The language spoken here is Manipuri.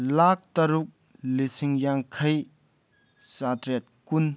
ꯂꯥꯛ ꯇꯔꯨꯛ ꯂꯤꯁꯤꯡ ꯌꯥꯡꯈꯩ ꯆꯥꯇ꯭ꯔꯦꯠ ꯀꯨꯟ